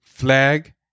Flag